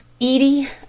Edie